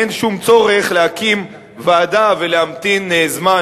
אין שום צורך להקים ועדה ולהמתין זמן,